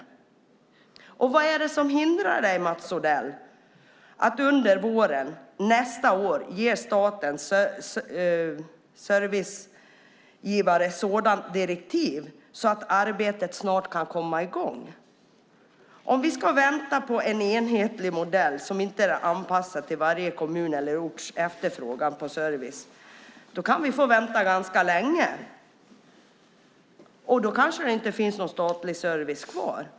Mats Odell, vad är det som hindrar dig att under våren nästa år ge statens servicegivare sådana direktiv att det här arbetet snart kan komma i gång? Om vi ska vänta på en enhetlig modell som inte är anpassad till varje kommuns eller orts efterfrågan på service kan vi få vänta ganska länge. Kanske finns då ingen statlig service kvar.